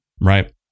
Right